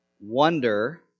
wonder